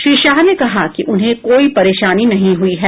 श्री शाह ने कहा कि उन्हें कोई परेशानी नहीं हुई है